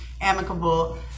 amicable